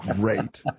great